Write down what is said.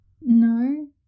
no